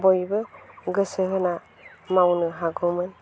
बयबो गोसो होना मावनो हागौमोन